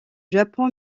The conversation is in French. japon